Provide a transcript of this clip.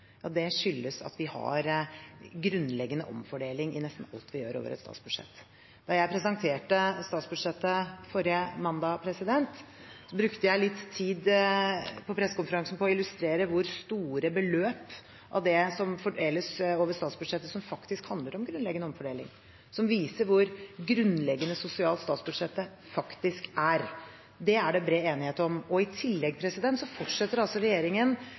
at vi har en grunnleggende omfordeling i nesten alt vi gjør over et statsbudsjett. Da jeg presenterte statsbudsjettet forrige mandag, brukte jeg litt tid på pressekonferansen til å illustrere hvor store beløp av det som fordeles over statsbudsjettet, som faktisk handler om grunnleggende omfordeling, noe som viser hvor grunnleggende sosialt statsbudsjettet faktisk er. Det er det bred enighet om. I tillegg